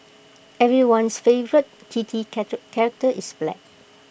everyone's favourite kitty character is back